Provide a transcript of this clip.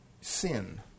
sin